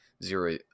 zero